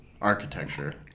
architecture